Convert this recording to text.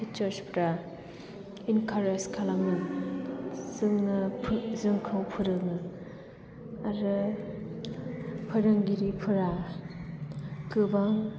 teachers फोरा encourage खालामो जोंखौ फोरोङो आरो फोरोंगिरिफोरा गोबां